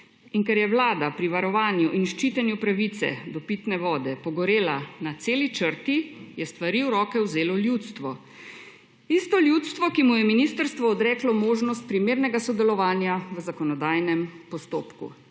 In ker je vlada pri varovanju in ščitenju pravice do pitne vode pogorela na celi črti, je stvari v roke vzelo ljudstvo – tisto ljudstvo, ki mu je ministrstvo odreklo možnost primernega sodelovanja v zakonodajnem postopku.